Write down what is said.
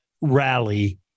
rally